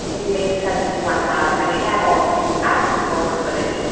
it makes sense to want to have a channel to ask people for footage.